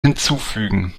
hinzufügen